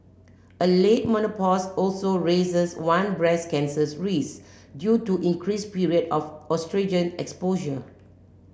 a late menopause also raises one breast cancers risk due to increase period of oestrogen exposure